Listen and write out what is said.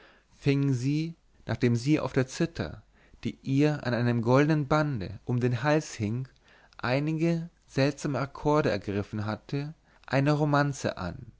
fing sie nachdem sie auf der zither die ihr an einem goldnen bande um den hals hing einige seltsame akkorde gegriffen hatte eine romanze an